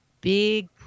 Big